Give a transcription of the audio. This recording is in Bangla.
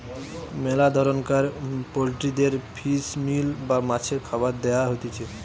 মেলা ধরণকার পোল্ট্রিদের ফিশ মিল বা মাছের খাবার দেয়া হতিছে